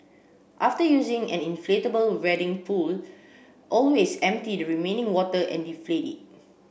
after using an inflatable wading pool always empty the remaining water and deflate it